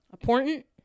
important